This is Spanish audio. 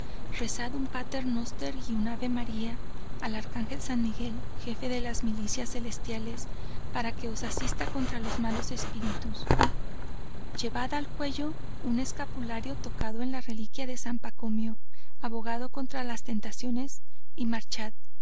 rezad un pater nóster y un ave maría al arcángel san miguel jefe de las milicias celestiales para que os asista contra los malos espíritus llevad al cuello un escapulario tocado en la reliquia de san pacomio abogado contra las tentaciones y marchad